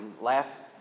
last